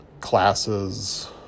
classes